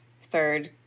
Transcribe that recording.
third